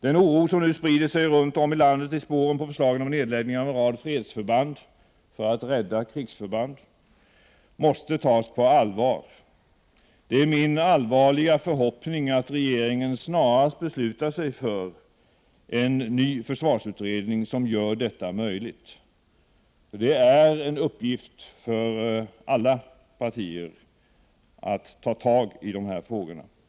Den oro som nu sprider sig runt om i landet i spåren av förslagen om nedläggning av en rad fredsförband, för att rädda krigsförband, måste tas på allvar. Det är min allvarliga förhoppning att regeringen snarast beslutar sig för en ny försvarsutredning som gör detta möjligt. Det är en uppgift för alla partier att ta tag i dessa frågor.